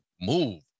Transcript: move